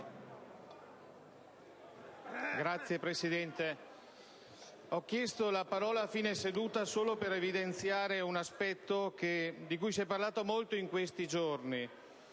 Signor Presidente, ho chiesto la parola a fine seduta solo per evidenziare un aspetto di cui si è parlato molto in questi giorni,